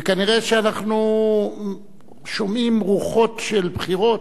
וכנראה אנחנו שומעים רוחות של בחירות,